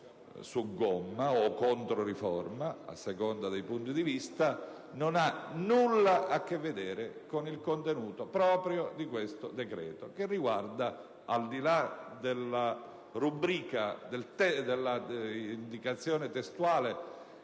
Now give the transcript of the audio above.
riforma, o controriforma: a seconda dei punti di vista) non ha nulla a che vedere con il contenuto proprio di questo decreto che riguarda, al di là dell'indicazione testuale